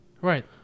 Right